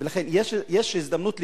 ולכן יש הזדמנות לפתרון,